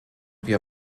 wir